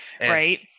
right